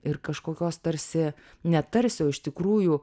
ir kažkokios tarsi ne tarsi o iš tikrųjų